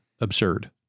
absurd